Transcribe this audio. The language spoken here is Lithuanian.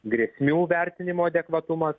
grėsmių vertinimo adekvatumas